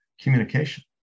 communication